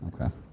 Okay